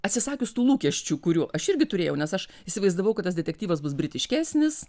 atsisakius tų lūkesčių kurių aš irgi turėjau nes aš įsivaizdavau kad tas detektyvas bus britiškesnis